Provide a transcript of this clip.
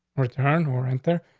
return or enter,